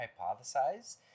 hypothesize